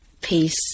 peace